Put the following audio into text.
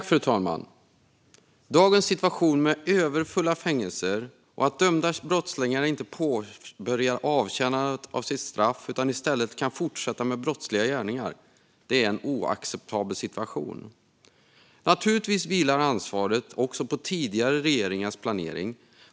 Fru talman! Dagens situation med överfulla fängelser och dömda brottslingar som inte påbörjar avtjänandet av sina straff utan i stället kan fortsätta med brottsliga gärningar är oacceptabel. Naturligtvis vilar ansvaret också på tidigare regeringars planering.